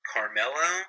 Carmelo